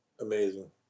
Amazing